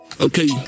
okay